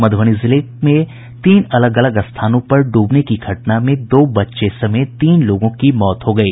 मधुबनी जिले के तीन अलग अलग स्थानों पर ड्रबने की घटना में दो बच्चे समेत तीन लोगों की मौत हो गयी